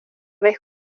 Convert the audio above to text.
vez